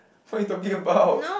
what you talking about